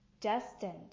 destined